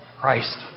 Christ